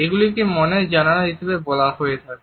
এগুলিকে মনের জানালা হিসেবে বলা হয়ে থাকে